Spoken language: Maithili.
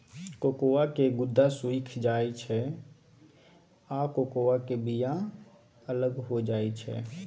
कोकोआ के गुद्दा सुइख जाइ छइ आ कोकोआ के बिया अलग हो जाइ छइ